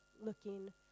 looking